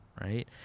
right